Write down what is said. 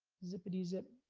zippity zip,